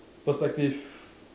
perspective